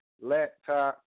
laptop